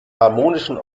harmonischen